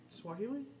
Swahili